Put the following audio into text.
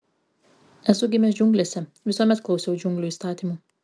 esu gimęs džiunglėse visuomet klausiau džiunglių įstatymų